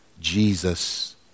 Jesus